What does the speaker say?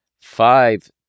five